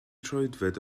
troedfedd